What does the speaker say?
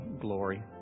glory